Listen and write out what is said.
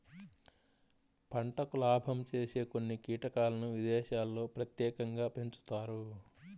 పంటకు లాభం చేసే కొన్ని కీటకాలను విదేశాల్లో ప్రత్యేకంగా పెంచుతారు